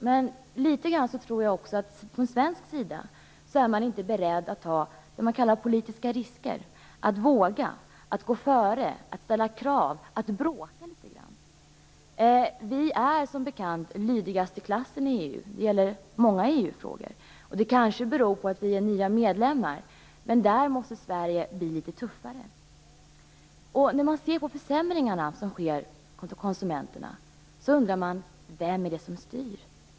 Men jag tror också att man från svensk sida inte är beredd att ta det som kallas politiska risker, att våga, att gå före, att ställa krav, att bråka litet grand. Vi är som bekant lydigast i klassen i EU. Det gäller många EU-frågor. Det kanske beror på att vi är nya medlemmar, men där måste Sverige bli litet tuffare. När man ser på de försämringar som sker för konsumenterna undrar man: Vem är den som styr?